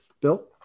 Bill